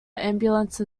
ambulance